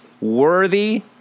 worthy